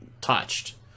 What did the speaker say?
touched